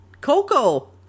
coco